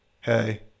hey